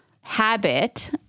habit